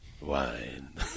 wine